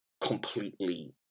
completely